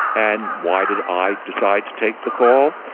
and why did i decide to take the call?